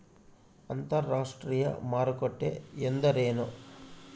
ಅಂತರಾಷ್ಟ್ರೇಯ ಮಾರುಕಟ್ಟೆ ಎಂದರೇನು?